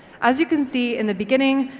as you can see in the beginning,